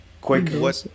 quick